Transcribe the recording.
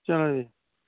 چَلو بِہِو